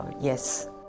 yes